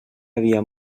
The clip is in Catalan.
havia